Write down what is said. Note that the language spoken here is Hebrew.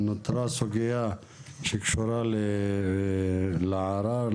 נותרה סוגיה שקשורה לערר,